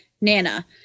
nana